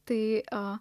tai o